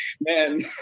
man